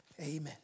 amen